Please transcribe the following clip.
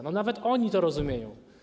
Nawet oni to rozumieją.